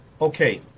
okay